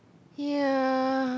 ya